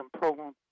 program